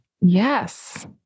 Yes